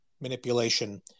manipulation